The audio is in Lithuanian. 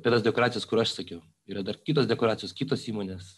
apie tas dekoracijas kur aš sakiau yra dar kitos dekoracijos kitos įmonės